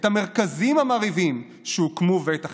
את המרכזים המרהיבים שהוקמו ואת החינוך.